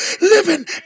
living